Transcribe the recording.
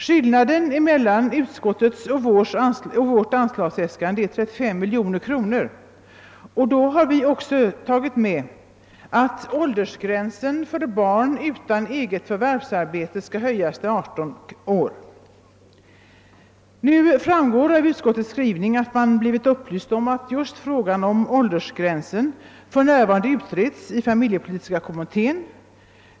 Skillnaden mellan utskottets förslag och vårt anslagsäskande är 35 miljoner kronor, och då har vi också inräknat de ökade utgifterna för att höja åldersgränsen för barn vilka saknar egen inkomst till 18 år. Utskottet har upplysts om att frågan om åldersgränserna för närvarande utreds av familjepolitiska kommittén.